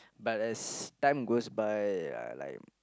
but as time goes by ya like